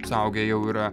suaugę jau yra